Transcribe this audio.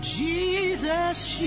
Jesus